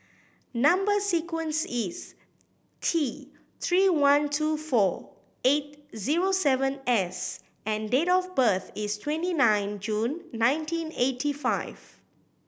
number sequence is T Three one two four eight zero seven S and date of birth is twenty nine June nineteen eighty five